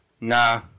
Nah